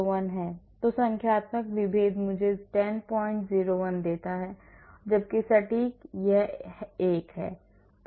तो संख्यात्मक विभेद मुझे 1001 देता है और जबकि सटीक यह एक है